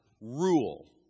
rule